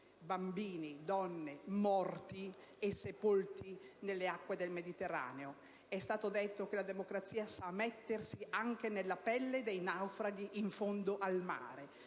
sono i giovani morti e sepolti nelle acque del Mediterraneo. È stato detto che la democrazia sa mettersi anche nella pelle dei naufraghi in fondo al mare.